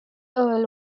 earl